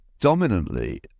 dominantly